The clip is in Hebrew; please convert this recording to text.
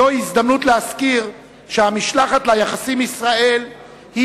זו הזדמנות להזכיר שהמשלחת ליחסים עם ישראל היא